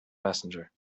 messenger